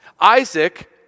Isaac